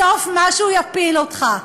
בסוף משהו יפיל אותך.